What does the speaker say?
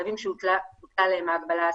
חייבים שהוטלה עליהם ההגבלה הזו.